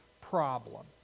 problem